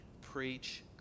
preach